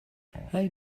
hey